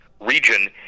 region